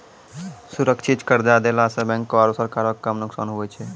सुरक्षित कर्जा देला सं बैंको आरू सरकारो के कम नुकसान हुवै छै